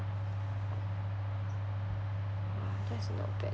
ah that's not bad